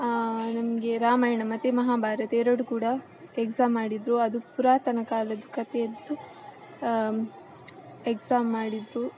ನಮಗೆ ರಾಮಾಯಣ ಮತ್ತೆ ಮಹಾಭಾರತ ಎರಡು ಕೂಡ ಎಕ್ಸಾಮ್ ಮಾಡಿದರು ಅದು ಪುರಾತನ ಕಾಲದ್ದು ಕತೆಯದ್ದು ಎಕ್ಸಾಮ್ ಮಾಡಿದರು